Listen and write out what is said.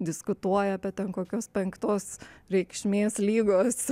diskutuoja apie ten kokios penktos reikšmės lygos